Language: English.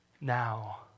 now